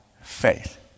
faith